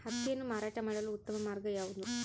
ಹತ್ತಿಯನ್ನು ಮಾರಾಟ ಮಾಡಲು ಉತ್ತಮ ಮಾರ್ಗ ಯಾವುದು?